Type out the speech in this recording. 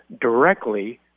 directly